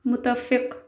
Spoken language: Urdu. متفق